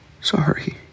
sorry